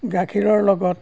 গাখীৰৰ লগত